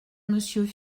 monsieur